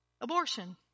Abortion